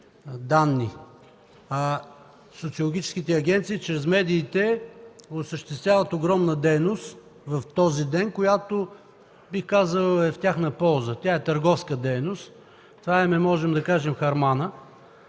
данни. Социологическите агенции чрез медиите осъществяват огромна дейност в този ден, която, бих казал, е в тяхна полза. Тя е търговска дейност. Можем да кажем, че това